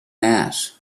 mass